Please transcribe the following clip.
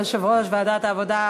ליושב-ראש ועדת העבודה,